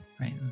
right